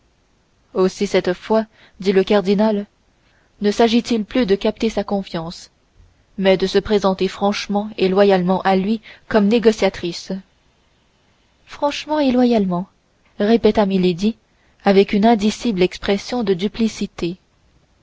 aussi cette fois-ci dit le cardinal ne s'agit-il plus de capter sa confiance mais de se présenter franchement et loyalement à lui comme négociatrice franchement et loyalement répéta milady avec une indicible expression de duplicité